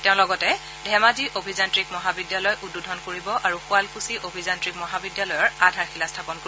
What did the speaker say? তেওঁ লগতে ধেমাজি অভিযান্ত্ৰিক মহাবিদ্যালয় উদ্বোধন কৰিব আৰু শুৱালকুছি অভিযান্ত্ৰিক মহাবিদ্যালয়ৰ আধাৰশিলা স্থাপন কৰিব